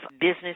business